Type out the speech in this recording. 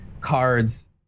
cards